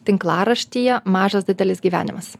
tinklaraštyje mažas didelis gyvenimas